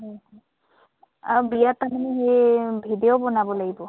আৰু বিয়াত তাৰমানে সেই ভিডিঅ' বনাব লাগিব